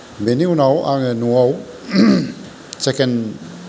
बेनि उनाव आङो न'आव सेकेन्द